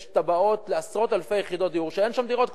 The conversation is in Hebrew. יש תב"עות לעשרות אלפי יחידות דיור שאין שם דירות קטנות.